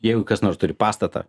jeigu kas nors turi pastatą